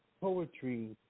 Poetry